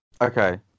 Okay